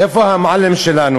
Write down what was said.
איפה המועלם שלנו?